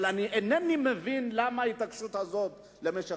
אבל אני אינני מבין למה ההתעקשות הזאת במשך